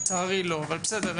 לצערי לא אבל בסדר.